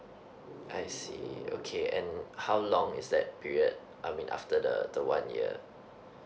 I see okay and how long is that period I mean after the the one year